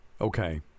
Okay